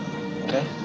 Okay